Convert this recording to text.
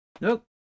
Nope